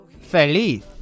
Feliz